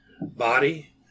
body